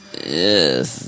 Yes